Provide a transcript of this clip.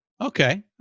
Okay